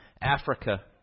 Africa